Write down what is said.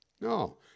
no